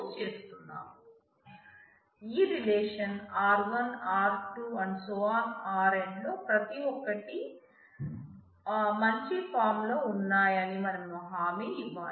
Rn లో ప్రతి ఒక్కటి మంచి ఫార్మ్ లో ఉన్నాయని మనం హామీ ఇవ్వాలి